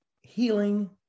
healing